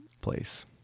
place